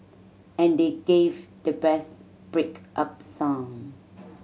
and they gave the best break up song